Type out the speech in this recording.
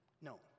No